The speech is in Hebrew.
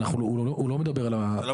אתה לא מדבר על המטרים?